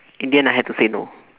in the end I had to say no